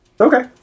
Okay